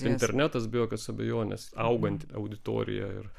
internetas be jokios abejonės auganti auditorija ir